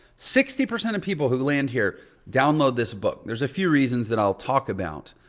sixty percent of people who land here download this book. there's a few reasons that i'll talk about.